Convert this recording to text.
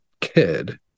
kid